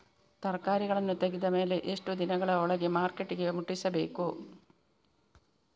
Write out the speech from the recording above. ತರಕಾರಿಗಳನ್ನು ತೆಗೆದ ಮೇಲೆ ಎಷ್ಟು ದಿನಗಳ ಒಳಗೆ ಮಾರ್ಕೆಟಿಗೆ ಮುಟ್ಟಿಸಬೇಕು?